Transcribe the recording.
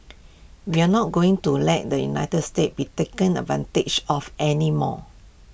we are not going to let the united states be taken advantage of any more